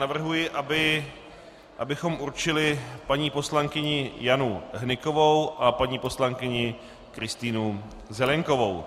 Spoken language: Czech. Navrhuji, abychom určili paní poslankyni Janu Hnykovou a paní poslankyni Kristýnu Zelienkovou.